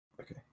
Okay